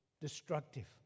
destructive